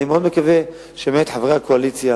אני מקווה מאוד שחברי הקואליציה